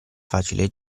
facile